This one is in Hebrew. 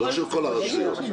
לא לערבב אותה כאן.